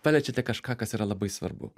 paliečiate kažką kas yra labai svarbu